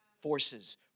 forces